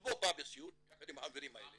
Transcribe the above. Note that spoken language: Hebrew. בעצמו בא לסיור יחד עם החברים האלה